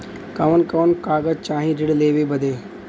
कवन कवन कागज चाही ऋण लेवे बदे?